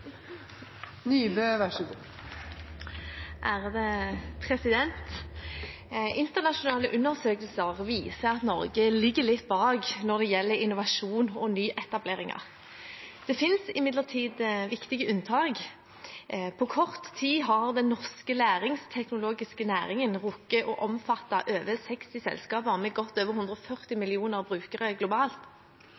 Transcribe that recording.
når det gjelder innovasjon og nyetableringer. Det finnes imidlertid unntak: På kort tid har den norske læringsteknologiske næringen rukket å omfatte over 60 selskaper med godt over 140